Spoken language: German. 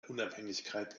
unabhängigkeit